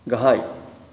गाहाय